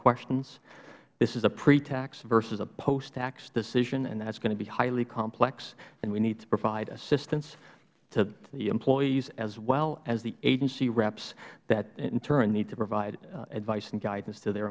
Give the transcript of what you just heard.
questions this is a pretax versus a posttax decision and that's going to be highly complex and we need to provide assistance to the employees as well as the agency reps that in turn need to provide advice and guidance to their